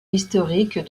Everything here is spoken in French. historique